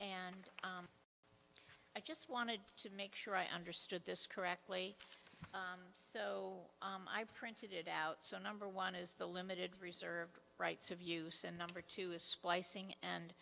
and i just wanted to make sure i understood this correctly so i printed it out so number one is the limited reserved rights of use and number two is splicing and